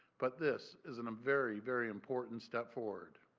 but this is and a very, very important step forward.